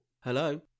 Hello